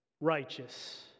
righteous